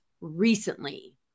recently